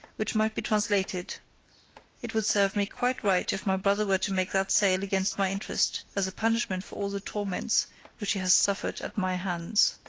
which might be translated it would serve me quite right if my brother were to make that sale against my interest, as a punishment for all the torments which he has suffered at my hands.